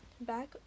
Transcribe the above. back